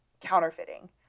counterfeiting